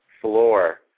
floor